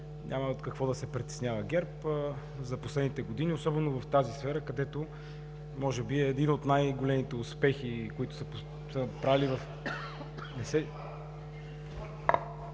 няма от какво да се притеснява ГЕРБ за последните години особено в тази сфера, където може би е един от най-големите успехи, които са… Казвам,